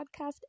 podcast